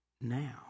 now